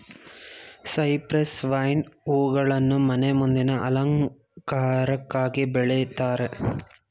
cypress vine ಹೂಗಳನ್ನು ಮನೆ ಮುಂದಿನ ಅಲಂಕಾರಕ್ಕಾಗಿ ಬೆಳಿತಾರೆ